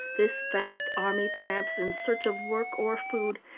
this vast army tramps in search of work or food,